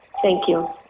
thank you.